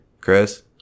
Chris